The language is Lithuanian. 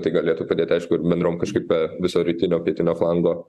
tai galėtų padėti aišku ir bendrom kažkaip viso rytinio pietinio flango